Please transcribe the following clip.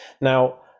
Now